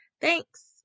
Thanks